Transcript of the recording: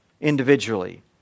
individually